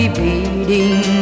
beating